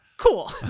cool